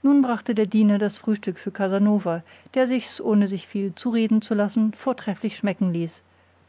nun brachte der diener das frühstück für casanova der sich's ohne sich viel zureden zu lassen vortrefflich schmecken ließ